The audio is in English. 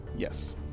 Yes